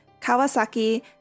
Kawasaki